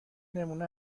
نمونه